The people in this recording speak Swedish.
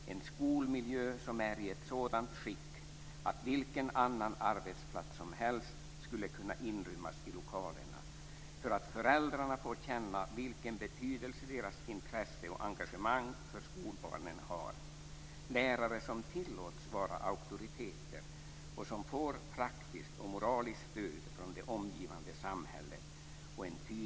· En skolmiljö som är i ett sådant skick att vilken annan arbetsplats som helst skulle kunna inrymmas i lokalerna. · Föräldrarna som får känna vilken betydelse deras intresse och engagemang för skolbarnen har. · Lärare som tillåts vara auktoriteter och som får praktiskt och moraliskt stöd från det omgivande samhället.